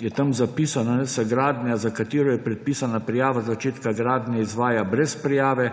zahtev, zapisano, da se gradnja, za katero je predpisana prijava začetka gradnje, izvaja brez prijave,